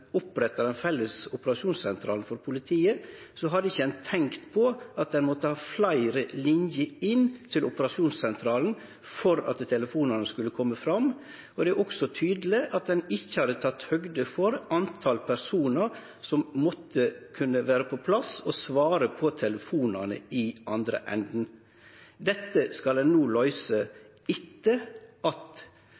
oppretta den felles operasjonssentralen for politiet, ikkje hadde tenkt på at ein måtte ha fleire linjer inn til operasjonssentralen for at telefonane skulle kome fram. Det er også tydeleg at ein ikkje hadde teke høgd for talet på personar som måtte vere på plass og svare på telefonane i andre enden. Dette skal ein no løyse